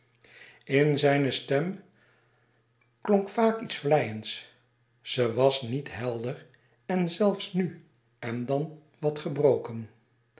in zijne stem klonk vaak iets vleiends ze was niet helder en zelfs nu en dan wat gebroken